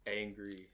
angry